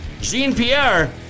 Jean-Pierre